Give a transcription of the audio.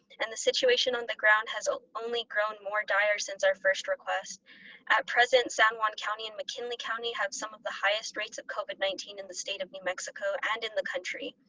and the situation on the ground has ah only grown more dire since our first request. at present, san juan county and mckinley county have some of the highest rates of covid nineteen in the state of new mexico and in the country.